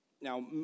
Now